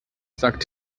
sagt